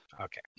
Okay